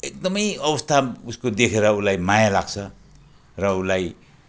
एकदमै अवस्था उसको देखेर उसलाई माया लाग्छ र उसलाई